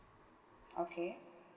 okay